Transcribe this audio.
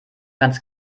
ganz